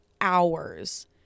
hours